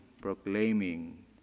proclaiming